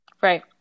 Right